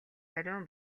ариун